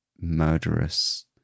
murderous